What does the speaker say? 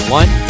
one